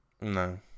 No